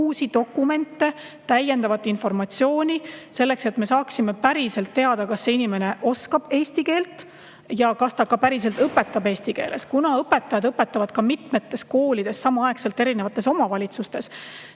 uusi dokumente, täiendavat informatsiooni, selleks et me saaksime päriselt teada, kas inimene oskab eesti keelt ja kas ta ka päriselt õpetab eesti keeles. Kuna õpetajad õpetavad ka mitmes koolis ja samaaegselt erinevates omavalitsustes,